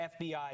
FBI